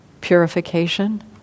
purification